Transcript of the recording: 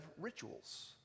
rituals